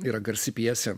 yra garsi pjesė